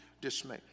dismay